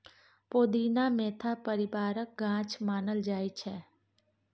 पोदीना mentha परिबारक गाछ मानल जाइ छै